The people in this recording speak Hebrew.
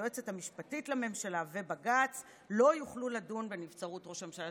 היועצת המשפטית לממשלה ובג"ץ לא יוכלו לדון בנבצרות ראש הממשלה.